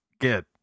Get